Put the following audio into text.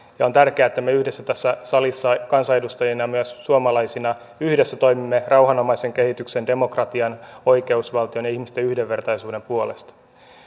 ja on tärkeää että me yhdessä tässä salissa kansanedustajina myös suomalaisina toimimme rauhanomaisen kehityksen demokratian oikeusvaltion ja ihmisten yhdenvertaisuuden puolesta